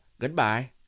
goodbye